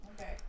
Okay